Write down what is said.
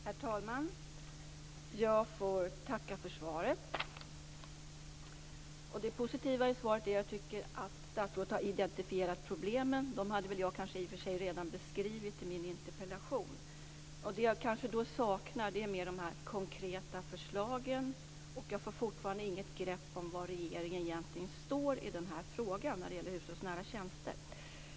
Herr talman! Jag får tacka för svaret. Det positiva i svaret är att statsrådet har identifierat problemen. Dem hade jag i och för sig redan beskrivit i min interpellation. Det jag saknar är konkreta förslag, och jag får fortfarande inget grepp om var regeringen egentligen står i frågan om hushållsnära tjänster.